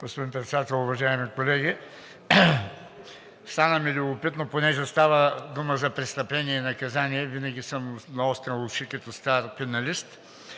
Господин Председател, уважаеми колеги! Стана ми любопитно – понеже стана дума за престъпление и наказание, и винаги съм наострил ушите като стар пеналист.